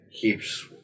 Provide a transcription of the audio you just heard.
keeps